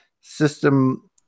system